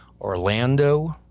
Orlando